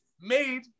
made